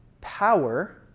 power